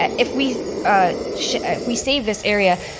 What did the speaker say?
ah if we ah if we save this area,